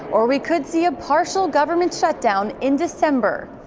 or we could see a partial government shutdown in december.